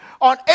on